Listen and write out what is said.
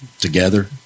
together